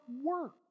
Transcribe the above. work